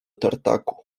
tartaku